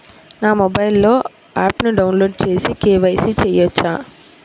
నా మొబైల్లో ఆప్ను డౌన్లోడ్ చేసి కే.వై.సి చేయచ్చా?